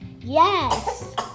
Yes